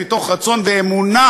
מתוך רצון ואמונה